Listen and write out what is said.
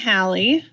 Hallie